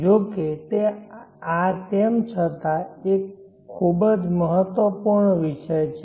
જો કે આ તેમ છતાં એક ખૂબ જ મહત્વપૂર્ણ વિષય છે